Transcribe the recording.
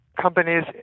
companies